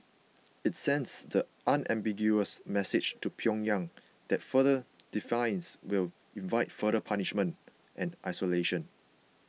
it sends the unambiguous message to Pyongyang that further defiance will invite further punishment and isolation